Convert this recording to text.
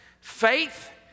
faith